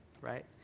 right